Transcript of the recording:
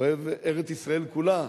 אוהב ארץ-ישראל כולה,